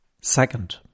Second